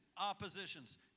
oppositions